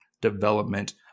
development